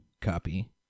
copy